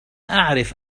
أعرف